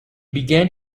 began